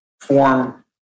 form